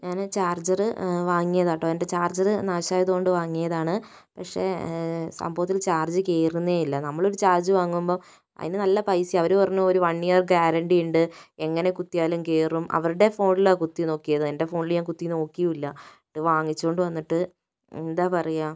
ഞാന് ചാർജറ് വാങ്ങിയതാട്ടോ എൻ്റെ ചാർജറ് നാശമായത് കൊണ്ട് വാങ്ങിയതാണ് പക്ഷേ സംഭവം ഇതിൽ ചാർജ് കയറുന്നേ ഇല്ല നമ്മളൊരു ചാർജ് വാങ്ങുമ്പോൾ അതിന് നല്ല പൈസയാന്ന് അവര് പറഞ്ഞു ഒരു വൺ ഇയർ ഗ്യാരണ്ടീ ഉണ്ട് എങ്ങനെ കുത്തിയാലും കയറും അവരുടെ ഫോണിലാണ് കുത്തി നോക്കിയത് എൻ്റെ ഫോണില് ഞാൻ കുത്തി നോക്കിയും ഇല്ല അത് വാങ്ങിച്ച് കൊണ്ട് വന്നിട്ട് എന്താ പറയുക